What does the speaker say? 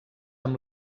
amb